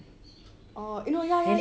oh ya ya